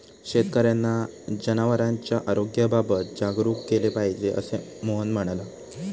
शेतकर्यांना जनावरांच्या आरोग्याबाबत जागरूक केले पाहिजे, असे मोहन म्हणाला